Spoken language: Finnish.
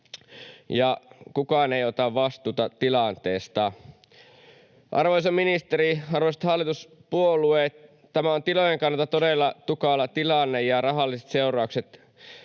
ja kukaan ei ota vastuuta tilanteesta. Arvoisa ministeri, arvoisat hallituspuolueet! Tämä on tilojen kannalta todella tukala tilanne, ja rahalliset seuraukset